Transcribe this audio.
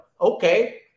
Okay